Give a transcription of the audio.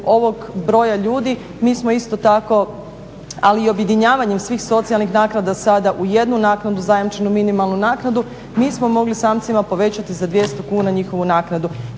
ovog broja ljudi mi smo isto tako ali i objedinjavanjem svih socijalnih naknada sada u jednu naknadu zajamčenu minimalnu naknadu nismo mogli samcima povećati za 200 kuna njihovu naknadu.